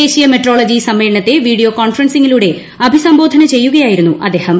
ദേശീയ മെട്രോളജി സമ്മേളനത്തെ വീഡിയോ കോൺഫറൻസിംഗിലൂടെ അഭിസംബോധന ചെയ്യുകയായിരുന്നു അദ്ദേഹം